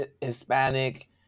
Hispanic